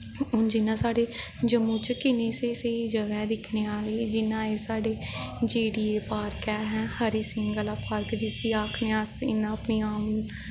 हून जि'यां साढ़े जम्मू च किन्नी स्हेई स्हेई जगह न दिक्खने आह्लियां जि'यां आई गेई साढ़े जे डी ए पार्क ऐ हरि सिहं आह्ला पार्क जिस्सी आक्खने आं अस इ'यां